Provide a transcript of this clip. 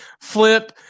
Flip